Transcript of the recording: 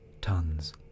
tons